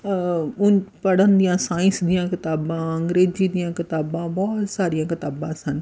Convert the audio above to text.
ਉਂਝ ਪੜ੍ਹਨ ਦੀਆਂ ਸਾਇੰਸ ਦੀਆਂ ਕਿਤਾਬਾਂ ਅੰਗਰੇਜ਼ੀ ਦੀਆਂ ਕਿਤਾਬਾਂ ਬਹੁਤ ਸਾਰੀਆਂ ਕਿਤਾਬਾਂ ਸਨ